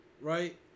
right